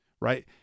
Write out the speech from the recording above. right